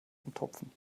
umtopfen